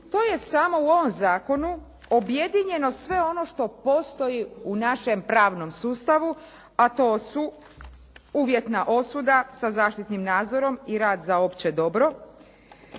To je samo u ovom zakonu objedinjeno sve ono što postoji u našem pravnom sustavu, a to su uvjetna osuda sa zaštitnim nadzorom i rad za opće dobro.